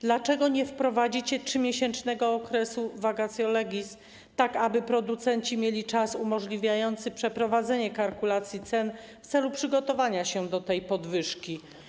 Dlaczego nie wprowadzicie 3-miesięcznego okresu vacatio legis, tak aby producenci mieli czas na przeprowadzenie kalkulacji cen w celu przygotowania się do tej podwyżki?